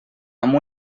amb